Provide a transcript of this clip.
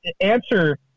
answer –